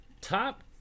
Top